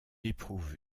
éprouve